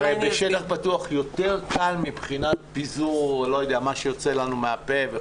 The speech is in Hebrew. הרי בשטח פתוח יותר קל מבחינת פיזור מה שיוצא לנו מהפה.